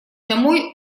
домой